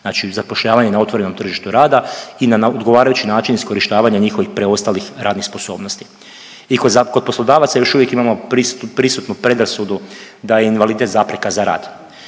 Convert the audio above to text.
znači zapošljavanje na otvorenom tržištu rada i na odgovarajući način, iskorištavanje njihovih preostalih radnih sposobnosti. I kod poslodavaca još uvijek imamo prisutnu predrasudu da je invaliditet zapreka za rad.